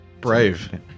Brave